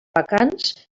vacants